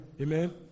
Amen